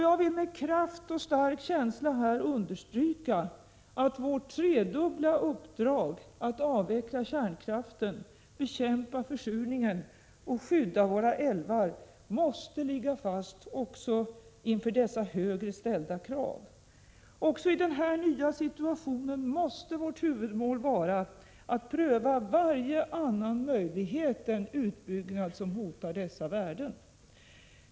Jag vill med kraft och stark känsla här understryka att vårt tredubbla uppdrag-— att avveckla kärnkraften, att bekämpa försurningen och att skydda våra älvar — måste ligga fast också inför dessa högre ställda krav. Även i den här nya situationen måste vårt huvudmål vara att pröva varje annan möjlighet än utbyggnad som hotar dessa värden.